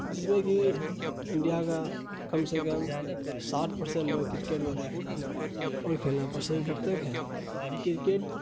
جس میں کہ انڈیا کا کم سے کم ساٹھ پرسنٹ لوگ کرکٹ کو دیکھنا اور کھیلنا پسند کرتے ہیں کرکٹ